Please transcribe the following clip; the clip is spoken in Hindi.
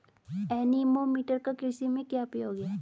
एनीमोमीटर का कृषि में क्या उपयोग है?